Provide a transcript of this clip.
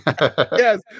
Yes